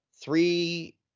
three